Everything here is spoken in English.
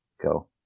go